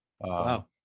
Wow